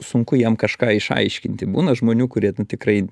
sunku jam kažką išaiškinti būna žmonių kurie tikrai